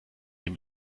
den